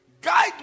Guide